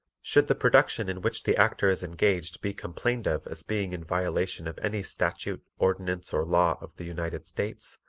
should the production in which the actor is engaged be complained of as being in violation of any statute, ordinance or law of the united states,